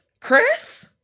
Chris